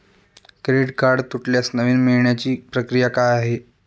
Credit card तुटल्यास नवीन मिळवण्याची प्रक्रिया काय आहे?